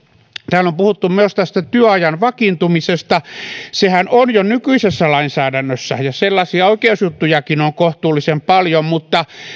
täällä on puhuttu myös tästä työajan vakiintumisesta sehän on jo nykyisessä lainsäädännössä ja sellaisia oikeusjuttujakin on kohtuullisen paljon mutta